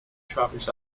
travis